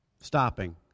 stopping